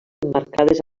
emmarcades